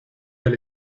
del